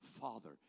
father